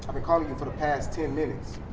um and kind of but sort of past ten minutes.